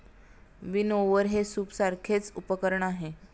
विनओवर हे सूपसारखेच उपकरण आहे